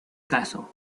caso